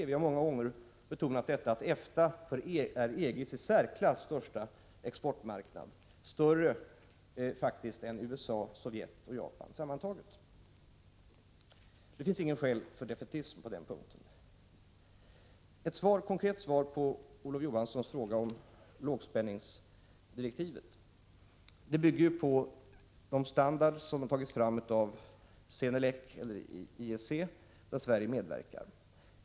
Vi har ofta betonat att EFTA är EG:s i särklass största exportmarknad, faktiskt större än USA, Sovjetunionen och Japan tillsammans. Det finns alltså inget skäl till defaitism på denna punkt. Sedan ett konkret svar på Olof Johanssons fråga om lågspänningsdirektivet. Detta bygger ju på den standard som har tagits fram av Senelec eller IEC, där Sverige medverkar.